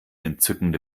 entzückende